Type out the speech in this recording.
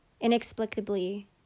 inexplicably